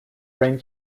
brain